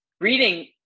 reading